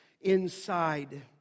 inside